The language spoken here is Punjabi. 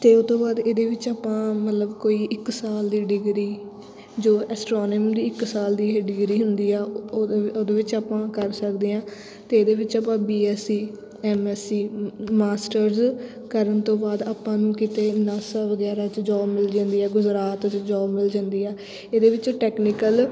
ਅਤੇ ਉਹਤੋਂ ਬਾਅਦ ਇਹਦੇ ਵਿੱਚ ਆਪਾਂ ਮਤਲਬ ਕੋਈ ਇੱਕ ਸਾਲ ਦੀ ਡਿਗਰੀ ਜੋ ਐਸਟਰੋਨਮੀ ਦੀ ਇੱਕ ਸਾਲ ਦੀ ਇਹ ਡਿਗਰੀ ਹੁੰਦੀ ਆ ਉਹਦੇ ਵਿੱਚ ਆਪਾਂ ਕਰ ਸਕਦੇ ਹਾਂ ਅਤੇ ਇਹਦੇ ਵਿੱਚ ਆਪਾਂ BSc MSc masters ਕਰਨ ਤੋਂ ਬਾਅਦ ਆਪਾਂ ਨੂੰ ਕਿਤੇ ਨਾਸਾ ਵਗੈਰਾ 'ਚ ਜੋਬ ਮਿਲ ਜਾਂਦੀ ਹੈ ਗੁਜਰਾਤ 'ਚ ਜੋਬ ਮਿਲ ਜਾਂਦੀ ਆ ਇਹਦੇ ਵਿੱਚ ਟੈਕਨੀਕਲ